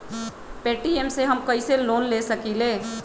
Paytm से हम कईसे लोन ले सकीले?